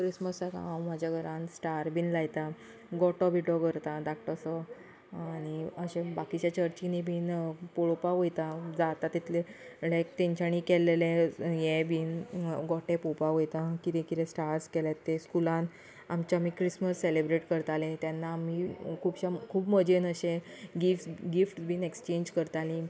क्रिसमसाक हांव म्हाज्या घरान स्टार बीन लायता गोटो बिटो करता धाकटोसो आनी अशें बाकीच्या चर्चींनी बीन पोळोपाक वयता जाता तितले तेंच्यांनी केल्ललें हें बीन गोटे पोळोपाक वयता किदें किदें स्टार्स केल्यात ते स्कुलान आमच्या आमी क्रिसमस सेलेब्रेट करताले तेन्ना आमी खुबश्या खूब मजेन अशे गिफ्स गिफ्ट बीन एक्सचेंज करताली आनी